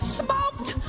smoked